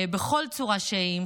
בכל צורה שהיא,